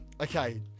Okay